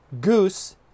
goose